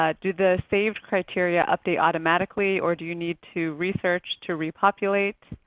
ah do the saved criteria update automatically or do you need to research to repopulate?